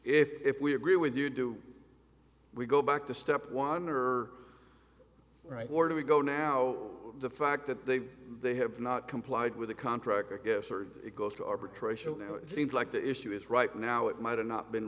if we agree with you or do we go back to step wanderer right or do we go now the fact that they they have not complied with the contract i guess or it goes to arbitration now it seems like the issue is right now it might have not been